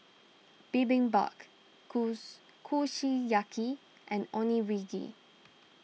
Bibimbap kusu Kushiyaki and Onigiri